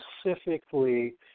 specifically